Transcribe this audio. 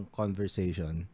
conversation